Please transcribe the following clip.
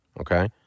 Okay